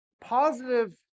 positive